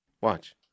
Watch